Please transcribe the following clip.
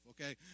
okay